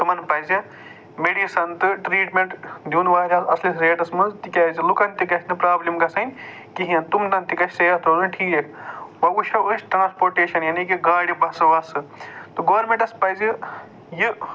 تِمَن پَزِ میڈِسَن تہٕ ٹرٛیٖٹمٮ۪نٛٹ دیُن واریاہَس اَصلِس ریٹَس منٛز تِکیٛازِ لُکَن تہِ گژھِ نہٕ پرٛابلِم گژھٕنۍ کِہیٖنٛۍ تِمَن تہِ گژھِ صحت روزٕنۍ ٹھیٖک وۅنۍ وُچھو أسۍ ٹرٛانَسپوٹٮ۪شَن یعنی کہِ گاڑِ بَسہٕ وَسہٕ تہٕ گورمٮ۪نٹَس پزِ یہِ